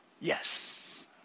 yes